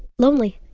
lonely!